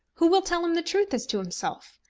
who will tell him the truth as to himself?